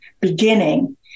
beginning